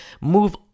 move